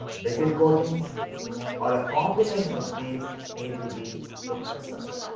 brittle coatings or a combination of this need to be looked at first.